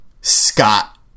Scott